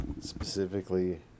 specifically